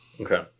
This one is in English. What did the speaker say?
Okay